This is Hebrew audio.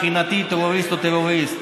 מבחינתי טרוריסט הוא טרוריסט.